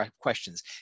questions